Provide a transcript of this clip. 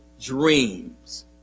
dreams